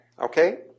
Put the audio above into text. okay